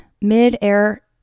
mid-air